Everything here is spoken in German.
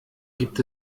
gibt